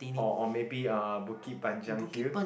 or or maybe uh Bukit-Panjang hill